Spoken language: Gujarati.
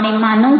આપણે માનવ છીએ